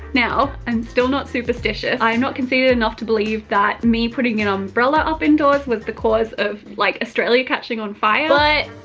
now, i'm still not superstitious. i'm not conceited enough to believe that me putting an umbrella up in doors was the cause of like australia catching on fire. like